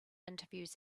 interviews